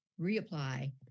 reapply